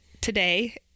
today